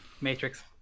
Matrix